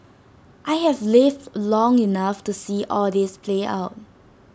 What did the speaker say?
I have lived long enough to see all this play out